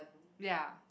ya